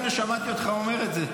מצוין, הינה, שמעתי אותך אומר את זה.